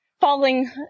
falling